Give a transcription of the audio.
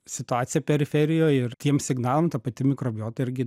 situaciją periferijoj ir tiem signalam ta pati mikrobiota irgi